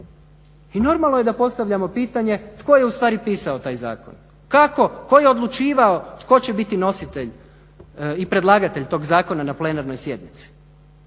I normalno je da postavljamo pitanje, tko je ustvari pisao taj zakon? kako, tko je odlučivao tko će biti nositelj i predlagatelj tog zakona na plenarnoj sjednici?